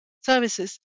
services